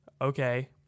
okay